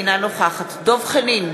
אינה נוכחת דב חנין,